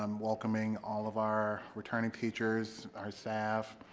um welcoming all of our returning teachers, our staff,